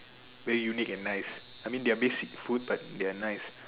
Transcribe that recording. very unique and nice I mean their basic food but they're nice